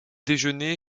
déjeuné